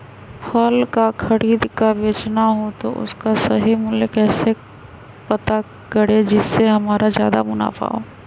फल का खरीद का बेचना हो तो उसका सही मूल्य कैसे पता करें जिससे हमारा ज्याद मुनाफा हो?